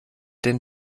den